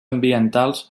ambientals